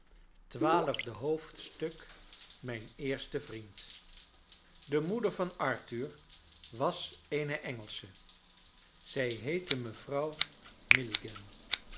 xii mijn eerste vriend de moeder van arthur was eene engelsche zij heette mevrouw